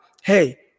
hey